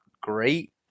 great